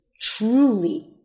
truly